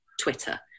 Twitter